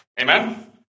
Amen